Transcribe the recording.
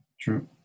True